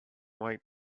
white